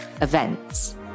events